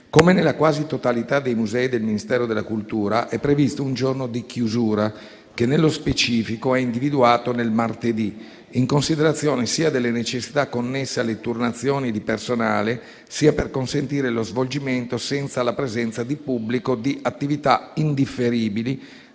Come nella quasi totalità dei musei del Ministero della cultura, è previsto un giorno di chiusura, che nello specifico è individuato nel martedì, sia in considerazione delle necessità connesse alle turnazioni di personale, sia per consentire lo svolgimento senza la presenza di pubblico di attività indifferibili